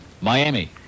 Miami